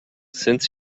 since